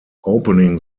opening